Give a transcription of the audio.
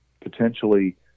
potentially